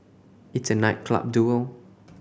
it's a night club duel